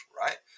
right